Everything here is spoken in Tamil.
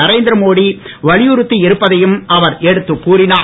நரேந்திர மோடி வலியுறுத்தி இருப்பதையும் அவர் எடுத்துக் கூறினார்